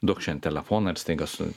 duok šen telefoną ir staiga su